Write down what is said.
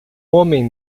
homem